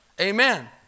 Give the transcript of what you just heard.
Amen